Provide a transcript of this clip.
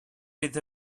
with